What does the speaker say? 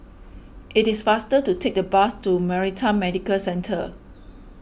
it is faster to take the bus to Maritime Medical Centre